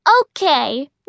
Okay